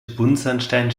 buntsandstein